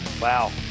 Wow